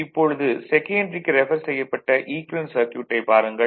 இப்பொழுது செகன்டரிக்கு ரெஃபர் செய்யப்பட்ட ஈக்குவெலன்ட் சர்க்யூட்டைப் பாருங்கள்